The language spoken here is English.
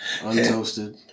Untoasted